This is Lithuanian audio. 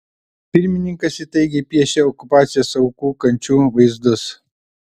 pirmininkas įtaigiai piešia okupacijos aukų kančių vaizdus